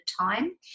time